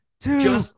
two